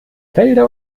felder